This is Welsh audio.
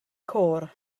côr